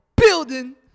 building